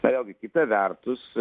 na vėlgi kita vertus